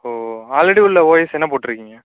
ஓ already உள்ள OS என்ன போட்டிருக்கீங்க